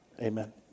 Amen